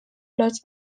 los